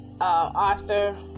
Arthur